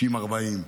60/40,